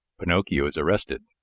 pinocchio is arrested.